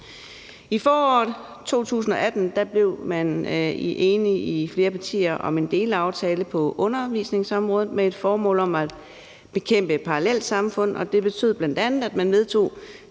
I foråret 2018 blev flere partier enige om en delaftale på undervisningsområdet med et formål om at bekæmpe parallelsamfund, og det betød bl.a., at man vedtog